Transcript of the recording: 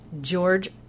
George